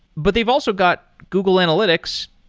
but they've also got google analytics,